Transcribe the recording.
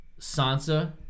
Sansa